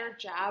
job